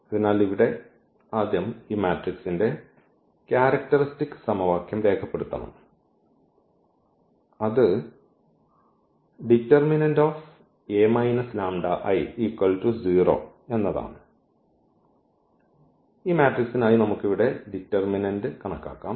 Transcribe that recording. അതിനാൽ ഇവിടെ ആദ്യം ഈ മാട്രിക്സിന്റെ ക്യാരക്ടർസ്റ്റിക് സമവാക്യം രേഖപ്പെടുത്തണം അത് ആണ് ഈ മാട്രിക്സിനായി നമുക്ക് ഇവിടെ ഈ ഡിറ്റർമിനന്റ് കണക്കാക്കാം